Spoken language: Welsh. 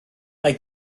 mae